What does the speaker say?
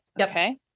Okay